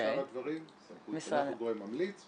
כל שאר הדברים אנחנו גורם ממליץ,